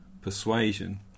persuasion